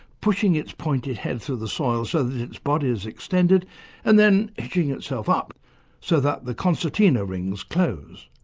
pushing its pointed head through the soil so that its body is extended and then edging itself up so that the concertina rings close.